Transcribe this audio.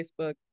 Facebook